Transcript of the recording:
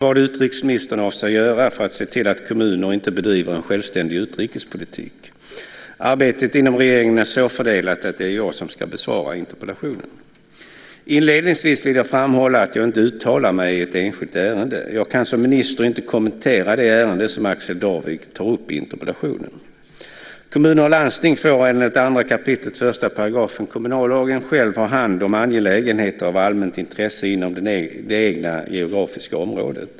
Herr talman! Axel Darvik har frågat vad utrikesministern avser att göra för att se till att kommuner inte bedriver en självständig utrikespolitik. Arbetet inom regeringen är så fördelat att det är jag som ska besvara interpellationen. Inledningsvis vill jag framhålla att jag inte uttalar mig i ett enskilt ärende. Jag kan som minister inte kommentera det ärende som Axel Darvik tar upp i interpellationen. Kommuner och landsting får enligt 2 kap. 1 § kommunallagen själva ha hand om angelägenheter av allmänt intresse inom det egna geografiska området.